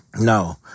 No